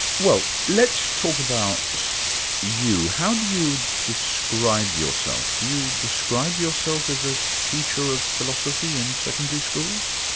well let's talk about you. how do you describe yourself? do you describe yourself as a teacher of philosophy in secondary schools?